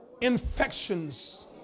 infections